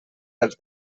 dels